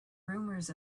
rumors